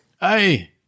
Hey